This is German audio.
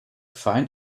feind